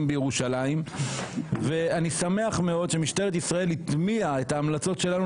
בירושלים ואני שמח מאוד שמשטרת ישראל הטמיעה את ההמלצות שלנו